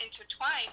intertwined